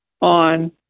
on